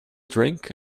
drink